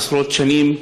עשרות שנים,